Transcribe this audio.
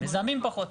מזהמים פחות.